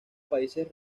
países